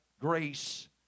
grace